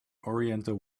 oriental